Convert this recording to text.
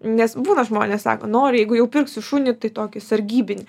nes būna žmonės sako noriu jeigu jau pirksiu šunį tai tokį sargybinį